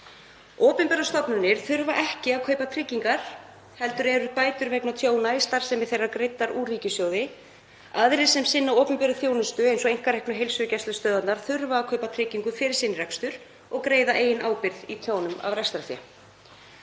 Opinberar stofnanir þurfa ekki að kaupa tryggingar heldur eru bætur vegna tjóna í starfsemi þeirra greiddar úr ríkissjóði. Aðrir sem sinna opinberri þjónustu eins og einkareknu heilsugæslustöðvarnar þurfa að kaupa tryggingu fyrir sinn rekstur og greiða eigin ábyrgð á tjónum af rekstrarfé.